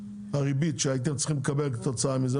הריבית שהייתם צריכים לקבל כתוצאה מזה,